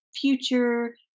future